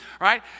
right